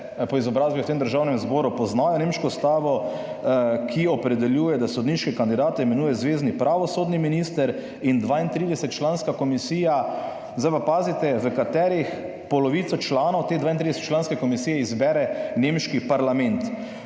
po izobrazbi v Državnem zboru poznajo nemško ustavo, ki opredeljuje, da sodniške kandidate imenuje zvezni pravosodni minister in 32-članska komisija, zdaj pa pazite, pri čemer polovico članov te 32-članske komisije izbere nemški parlament,